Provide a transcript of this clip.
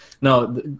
no